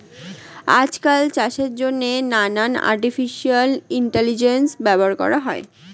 আজকাল চাষের জন্যে নানান আর্টিফিশিয়াল ইন্টেলিজেন্স ব্যবহার করা হয়